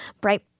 bright